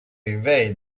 evade